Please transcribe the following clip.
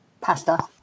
Pasta